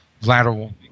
lateral